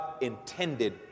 intended